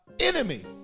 enemy